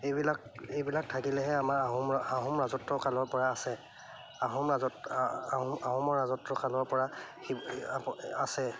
এইবিলাক এইবিলাক থাকিলেহে আমাৰ আহোম আহোম ৰাজত্বকালৰ পৰা আছে আহোম ৰাজত আহোম আহোমৰ ৰাজত্বকালৰ পৰা আছে